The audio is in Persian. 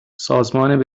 سازمان